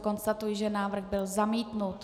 Konstatuji, že návrh byl zamítnut.